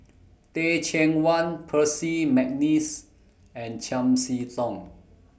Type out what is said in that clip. Teh Cheang Wan Percy Mcneice and Chiam See Tong